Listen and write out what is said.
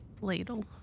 Ladle